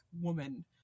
woman